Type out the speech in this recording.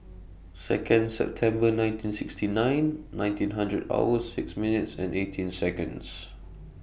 Second September nineteen sixty nine nineteen hundred hours six minutes and eighteen Seconds